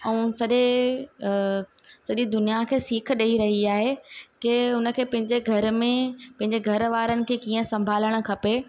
ऐं सॼे सॼी दुनिया खे सीख ॾेई रही आहे के हुनखे पंहिंजे घर में पंहिंजे घरवारनि खे कीअं संभालणु खपे